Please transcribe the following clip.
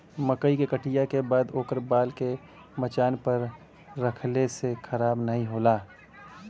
मकई के कटिया के बाद ओकर बाल के मचान पे रखले से खराब नाहीं होला